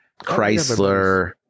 Chrysler